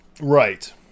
Right